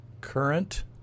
current